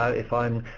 ah if i'm.